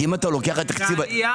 למה?